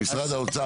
לנושא.